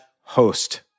host